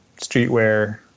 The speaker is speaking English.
streetwear